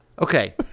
Okay